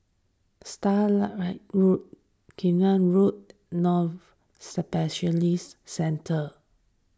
Starlight Road Cairnhill Road Novena Specialist Centre